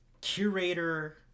curator